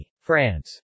France